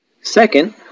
Second